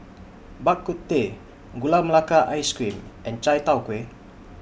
Bak Kut Teh Gula Melaka Ice Cream and Chai Tow Kway